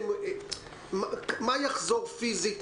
מה יחזור פיזית?